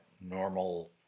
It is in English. normal